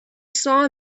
saw